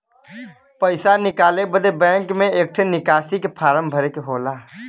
पइसा निकाले बदे बैंक मे एक ठे निकासी के फारम भरे के होला